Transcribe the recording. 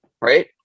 right